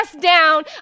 down